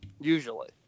Usually